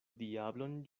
diablon